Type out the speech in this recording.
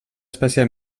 espècie